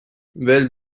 well